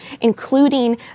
including